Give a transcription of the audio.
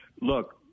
Look